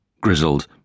grizzled